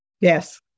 Yes